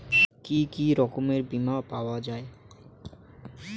কি কি রকমের বিমা পাওয়া য়ায়?